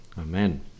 Amen